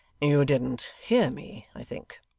you didn't hear me, i think